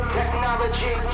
Technology